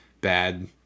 bad